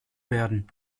werden